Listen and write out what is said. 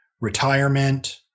retirement